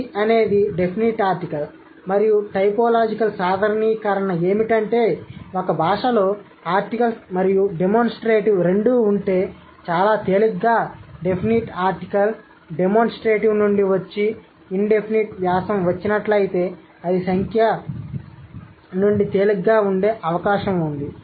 The అనేది definite article మరియు typological సాధారణీకరణ ఏమిటంటే ఒక భాషలో ఆర్టికల్స్ మరియు డెమోన్స్ట్రేటివ్ రెండూ ఉంటే చాలా తేలికగా డెఫినిట్ ఆర్టికల్ డెమోన్స్ట్రేటివ్ నుండి వచ్చి ఇన్ డెఫినిట్ ఆర్టికల్ ఇచ్చినట్లయితే అది సంఖ్యా నుండి తేలికగా ఉండే అవకాశం ఉంది